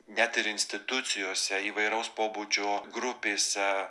net ir institucijose įvairaus pobūdžio grupėse